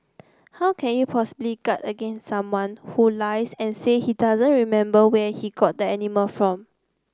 how can you possibly guard against someone who lies and say he doesn't remember where he got the animal from